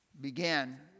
began